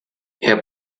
herr